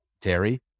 Terry